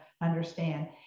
understand